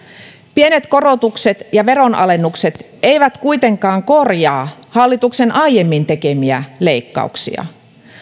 pienet korotukset ja veronalennukset eivät kuitenkaan korjaa hallituksen aiemmin tekemiä leikkauksia